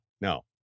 no